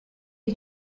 che